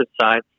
side